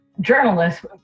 journalists